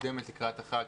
מוקדמת לקראת החג,